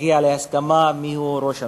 נגיע להסכמה מיהו ראש הממשלה.